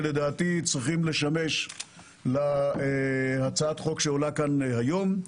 שלדעתי צריכים לשמש להצעת החוק שעולה כאן היום.